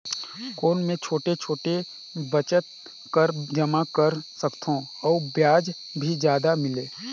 कौन मै छोटे छोटे बचत कर जमा कर सकथव अउ ब्याज भी जादा मिले?